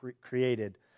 created